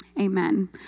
amen